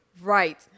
Right